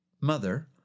Mother